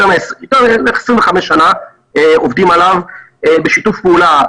בערך 25 שנה עובדים עליו בשיתוף פעולה,